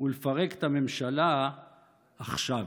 ולפרק את הממשלה עכשיו.